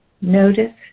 notice